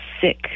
sick